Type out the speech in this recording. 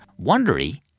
Wondery